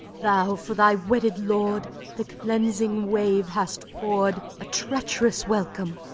thou for thy wedded lord the cleansing wave hast poured a treacherous welcome!